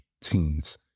teens